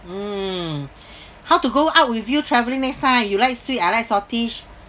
mm how to go out with you travelling next time you like sweet I like saltish